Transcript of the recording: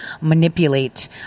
manipulate